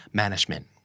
management